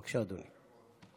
בבקשה, אדוני.